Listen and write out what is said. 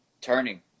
turning